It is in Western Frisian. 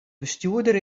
bestjoerder